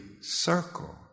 circle